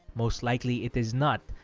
most likely it is not.